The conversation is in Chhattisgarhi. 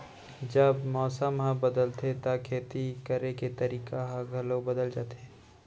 जब मौसम ह बदलथे त खेती करे के तरीका ह घलो बदल जथे?